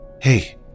Hey